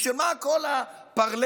בשביל מה כל ה-parler?